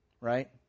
Right